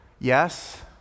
yes